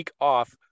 off